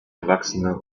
erwachsene